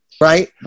right